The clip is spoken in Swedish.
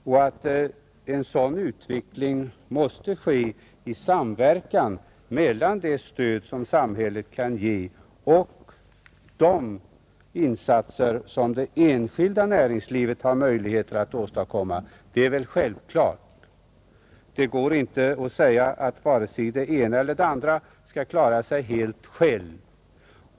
Och att en sådan utveckling måste ske i samverkan mellan det stöd som samhället kan ge och de insatser som det enskilda näringslivet har möjligheter att göra är väl självklart. Det går inte att säga att vare sig det ena eller det andra skall klara sig helt självt.